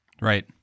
Right